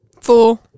four